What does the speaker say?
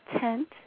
tent